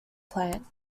plant